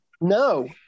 No